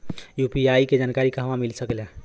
UPI के जानकारी कहवा मिल सकेले?